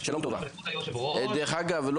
דרך אגב,